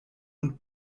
und